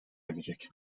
edecek